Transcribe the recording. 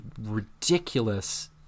ridiculous